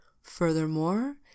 Furthermore